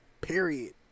Period